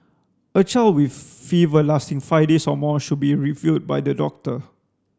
a child with fever lasting five days or more should be reviewed by the doctor